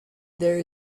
there